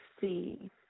see